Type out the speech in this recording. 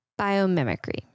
biomimicry